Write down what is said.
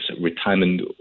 retirement